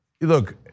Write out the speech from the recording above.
look